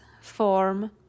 form